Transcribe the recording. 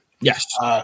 Yes